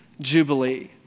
jubilee